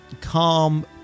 calm